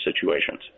situations